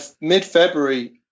mid-February